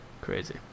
Crazy